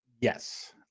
Yes